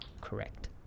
correct